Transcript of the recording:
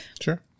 Sure